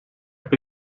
heb